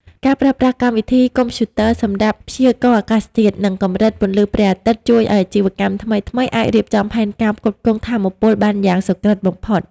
ការប្រើប្រាស់កម្មវិធីកុំព្យូទ័រសម្រាប់ "ព្យាករណ៍អាកាសធាតុ និងកម្រិតពន្លឺព្រះអាទិត្យ" ជួយឱ្យ អាជីវកម្មថ្មីៗ អាចរៀបចំផែនការផ្គត់ផ្គង់ថាមពលបានយ៉ាងសុក្រឹតបំផុត។